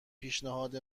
پیشنهاد